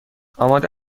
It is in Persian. آماده